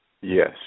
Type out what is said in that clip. Yes